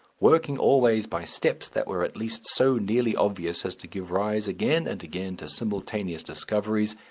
working always by steps that were at least so nearly obvious as to give rise again and again to simultaneous discoveries,